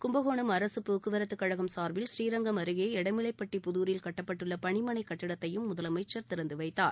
கும்பகோணம் அரசுபோக்குவரத்துகழகம் சார்பில் புநீரங்கம் அருகேடமலைப்பட்டி புதூரில் கட்டப்பட்டுள்ளபணிமனைகட்டிடத்தையும் முதலமைச்சர் திறந்துவைத்தார்